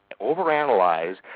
overanalyze